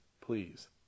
please